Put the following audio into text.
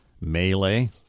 melee